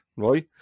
right